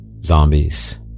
Zombies